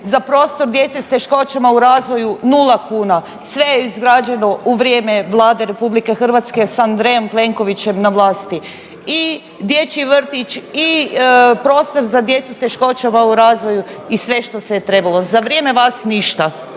za prostor djece s teškoćama u razvoju nula kuna, sve je izgrađeno u vrijeme Vlade RH s Andrejem Plenkovićem na vlasti i dječji vrtić i prostor za djecu s teškoćama u razvoju i sve što se je trebalo, za vrijeme vas ništa.